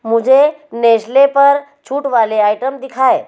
मुझे नेस्ले पर छूट वाले आइटम दिखाएँ